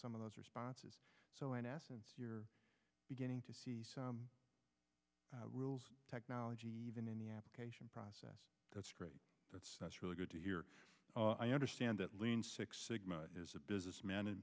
some of those responses so in essence you're beginning to see some rules technology even in the application process that's great that's really good to hear i understand that lean six sigma is a businessman